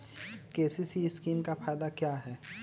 KCC scheme का फायदा क्या है?